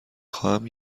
خواهم